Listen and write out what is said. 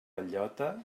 bellota